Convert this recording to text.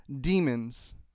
demons